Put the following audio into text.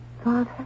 Father